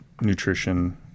nutrition